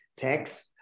tax